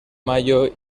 mayo